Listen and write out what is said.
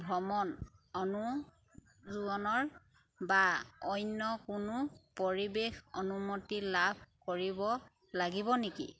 ভ্ৰমণ অনুযোজনৰ বা অন্য কোনো পৰিৱেশ অনুমতি লাভ কৰিব লাগিব নেকি